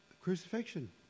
crucifixion